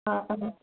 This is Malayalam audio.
ആ അതെ